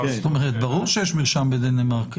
ברור שיש מרשם בדנמרק,